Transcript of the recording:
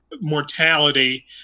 mortality